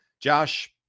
Josh